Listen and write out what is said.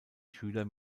schüler